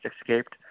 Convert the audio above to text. escaped